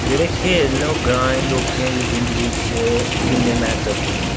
जेह्ड़े खेल न ओह ग्राइयें लोकें दी जिंदगी च किन्ने म्हत्तवपूर्ण